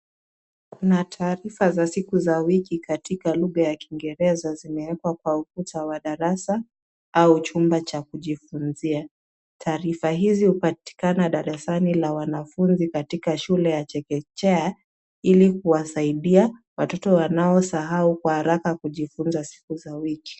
Kuna taarifa za siku za wiki katika lugha ya Kingereza. Zimewekwa kwa ukuta wa darasa au chumba cha kujifunzia. Taarifa hizi hupatikana darasani la wanafunzi katika shule ya chekechea ilikuwasaidia wanafunzi wanasahao kwa haraka kujifunza siku za wiki.